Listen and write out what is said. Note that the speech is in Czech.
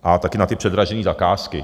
A taky na ty předražené zakázky.